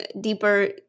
deeper